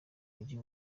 mujyi